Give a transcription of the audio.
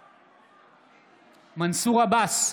בעד מנסור עבאס,